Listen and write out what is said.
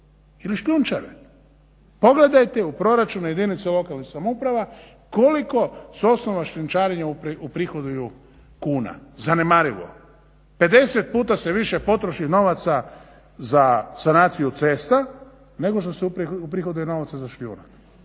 Ili šljunčare. Pogledajte u proračune jedinice lokalnih samouprava koliko sa osnova šljunčarenja uprihoduju kuna? Zanemarivo. 50 puta se više potroši novaca za sanaciju cesta nego što se uprihoduje novaca za šljunak.